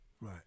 right